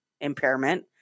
impairment